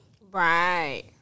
Right